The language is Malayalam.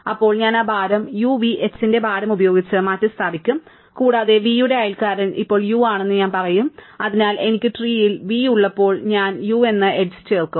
അപ്പോൾ ഞാൻ ആ ഭാരം uvh ന്റെ ഭാരം ഉപയോഗിച്ച് മാറ്റിസ്ഥാപിക്കും കൂടാതെ v യുടെ അയൽക്കാരൻ ഇപ്പോൾ u ആണെന്ന് ഞാൻ പറയും അതിനാൽ എനിക്ക് ട്രീൽ v ഉള്ളപ്പോൾ ഞാൻ u എന്ന എഡ്ജ് ചേർക്കും